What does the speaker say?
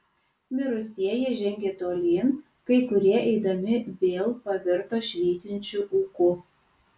mirusieji žengė tolyn kai kurie eidami vėl pavirto švytinčiu ūku